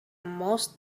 most